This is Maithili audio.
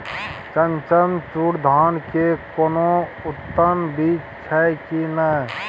चननचूर धान के कोनो उन्नत बीज छै कि नय?